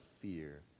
fear